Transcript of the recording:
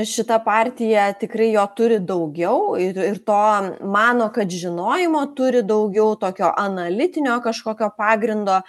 šita partija tikrai jo turi daugiau ir ir to mano kad žinojimo turi daugiau tokio analitinio kažkokio pagrindo